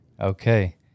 okay